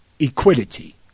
equity